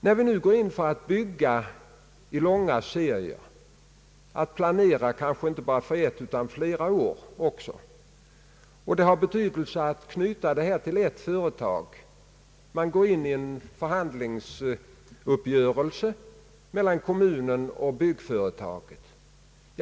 När vi nu går in för att bygga i långa serier, att planera inte bara för ett utan för flera år, är det av betydelse att knyta hela byggnationen till ett företag — kommunen och byggföretaget går in i en förhandlingsuppgörelse.